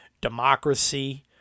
democracy